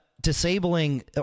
disabling